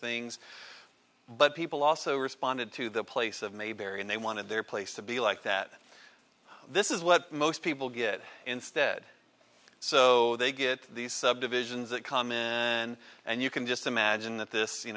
things but people also responded to the place of mayberry and they wanted their place to be like that this is what most people get instead so they get these subdivisions that come in and you can just imagine that